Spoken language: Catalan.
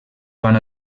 van